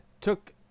took